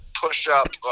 push-up